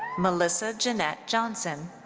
melissa jeannette johnson.